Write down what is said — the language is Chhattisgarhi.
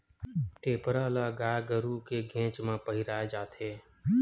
टेपरा ल गाय गरु के घेंच म पहिराय जाथे